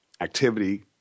activity